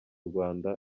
rwanda